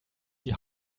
die